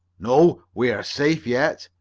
no, we are safe yet,